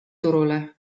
turule